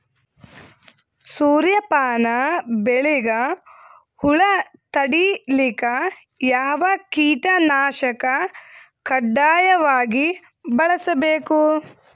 ಸೂರ್ಯಪಾನ ಬೆಳಿಗ ಹುಳ ತಡಿಲಿಕ ಯಾವ ಕೀಟನಾಶಕ ಕಡ್ಡಾಯವಾಗಿ ಬಳಸಬೇಕು?